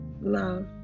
love